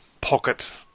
pocket